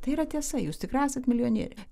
tai yra tiesa jūs tikrai esat milionierė